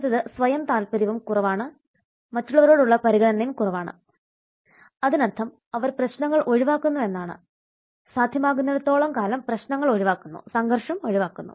അടുത്തത് സ്വയം താൽപര്യവും കുറവാണ് മറ്റുള്ളവരോടുള്ള പരിഗണനയും കുറവാണ് അതിനർത്ഥം അവർ പ്രശ്നങ്ങൾ ഒഴിവാക്കുന്നു എന്നതാണ് സാധ്യമാകുന്നിടത്തോളം കാലം പ്രശ്നങ്ങൾ ഒഴിവാക്കുന്നു സംഘർഷം ഒഴിവാക്കുന്നു